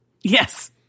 Yes